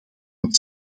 het